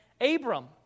Abram